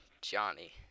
Johnny